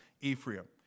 Ephraim